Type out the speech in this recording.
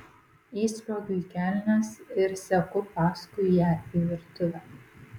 įsliuogiu į kelnes ir seku paskui ją į virtuvę